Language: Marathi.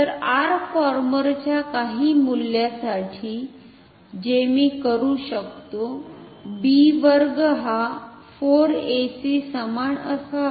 तर R फॉर्मरच्या काही मूल्यासाठी जे मी करू शकतो b वर्ग हा 4 ac समान असावा